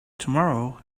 tomorrow